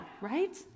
right